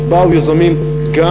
אז באו יזמים גם